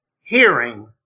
hearing